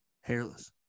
Hairless